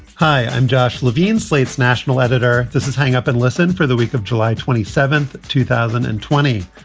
hi, i'm josh levine, slate's national editor. this is hang up and listen for the week of july twenty seven, two thousand and twenty.